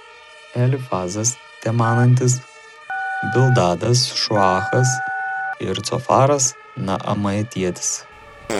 elifazas temanantis bildadas šuachas ir cofaras naamatietis